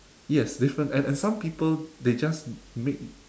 yes different and and some people they just make